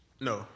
No